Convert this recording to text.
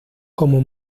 como